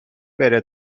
بره